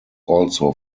also